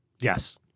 Yes